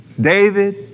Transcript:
David